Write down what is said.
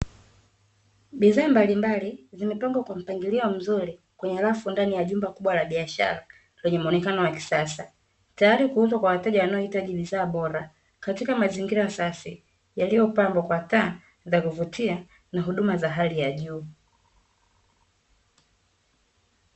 Bidhaa mbalimbali zimepangwa kwa mpangilio mzuri, kwenye rafu ndani ya jumba kubwa la biashara, kwenye muonekano wa kisasa tayari kuuzwa kwa wateja wanaohitaji bidhaa bora, katika mazingira safi yaliyopambwa kwa taa za kuvutia na huduma za hali ya juu.